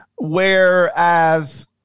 Whereas